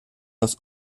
los